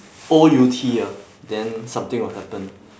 O U T ah then something will happen